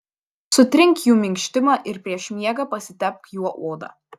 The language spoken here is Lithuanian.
sutrink jų minkštimą ir prieš miegą pasitepk juo odą